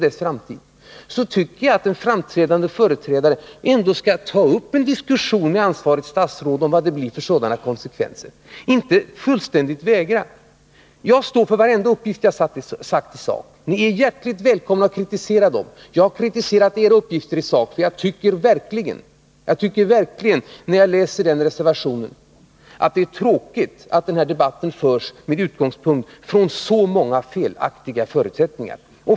Därför borde en framträdande företrädare för reservanterna ändå ta upp en diskussion med ansvarigt statsråd om konsekvenserna i stället för att fullständigt vägra att göra detta. Jag står för varje uppgift jag har lämnat i sak. Ni är hjärtligt välkomna att kritisera dem. Jag har kritiserat era uppgifter i sak, och jag tycker verkligen, när jag läser reservationen, att det är tråkigt att denna debatt förs med utgångspunkt från så många felaktiga förutsättningar.